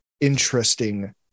interesting